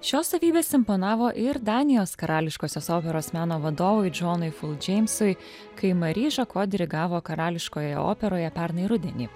šios savybės imponavo ir danijos karališkosios operos meno vadovui džonui ful džeimsui kai mari žako dirigavo karališkoje operoje pernai rudenį